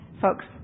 Folks